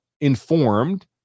informed